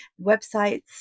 websites